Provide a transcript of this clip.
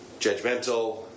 judgmental